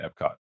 Epcot